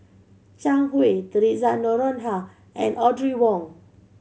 Zhang Hui Theresa Noronha and Audrey Wong